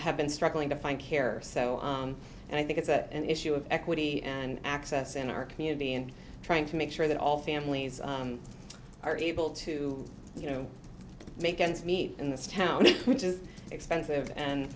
have been struggling to find care and i think it's an issue of equity and access in our community and trying to make sure that all families are able to you know make ends meet in this town which is expensive